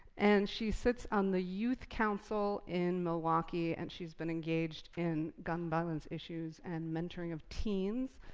and she sits on the youth council in milwaukee. and she's been engaged in gun violence issues and mentoring of teens.